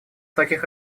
таких